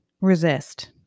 resist